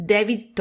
David